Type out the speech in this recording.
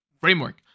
framework